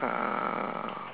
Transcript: uh